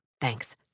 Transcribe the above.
thanks